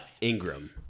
Ingram